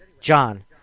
John